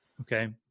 Okay